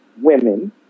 women